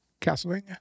Castlevania